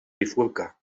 bifurca